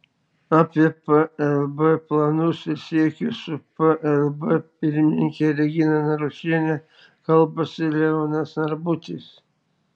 apie plb planus ir siekius su plb pirmininke regina narušiene kalbasi leonas narbutis